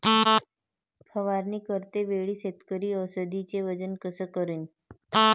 फवारणी करते वेळी शेतकरी औषधचे वजन कस करीन?